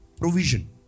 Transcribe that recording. provision